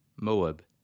Moab